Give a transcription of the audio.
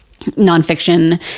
nonfiction